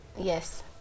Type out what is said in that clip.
Yes